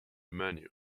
menu